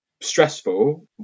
stressful